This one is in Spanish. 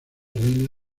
reina